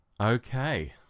Okay